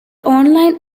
online